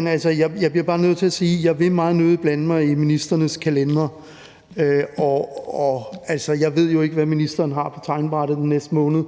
nødig vil blande mig i ministrenes kalendere. Jeg ved jo ikke, hvad ministeren har på tegnebrættet den næste måned,